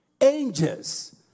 Angels